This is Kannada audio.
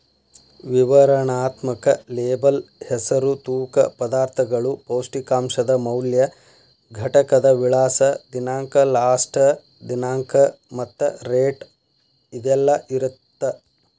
ವಿವರಣಾತ್ಮಕ ಲೇಬಲ್ ಹೆಸರು ತೂಕ ಪದಾರ್ಥಗಳು ಪೌಷ್ಟಿಕಾಂಶದ ಮೌಲ್ಯ ಘಟಕದ ವಿಳಾಸ ದಿನಾಂಕ ಲಾಸ್ಟ ದಿನಾಂಕ ಮತ್ತ ರೇಟ್ ಇದೆಲ್ಲಾ ಇರತ್ತ